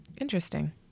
interesting